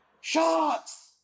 shots